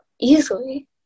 Easily